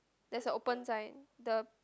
there's a open sign the